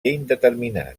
indeterminat